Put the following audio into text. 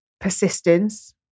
persistence